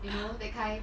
!huh!